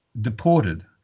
deported